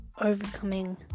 overcoming